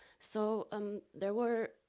so um there were,